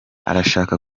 arashaka